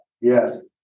Yes